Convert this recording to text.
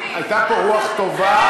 הייתה פה רוח טובה,